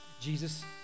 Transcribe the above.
Jesus